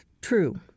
true